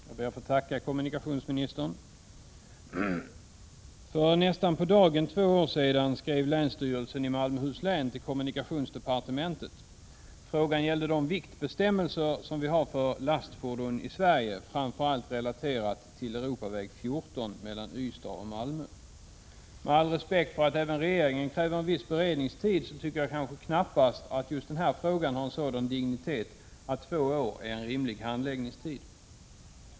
Herr talman! Jag ber att få tacka kommunikationsministern. För nästan på dagen två år sedan skrev länsstyrelsen i Malmöhus län till kommunikationsdepartementet. Brevet gällde de viktbestämmelser som vi har för lastfordon i Sverige, framför allt relaterat till Europaväg 14 mellan Ystad och Malmö. Med all respekt för att även regeringen kräver viss beredningstid tycker jag knappast att just den här frågan har sådan dignitet att två år är en rimlig handläggningstid.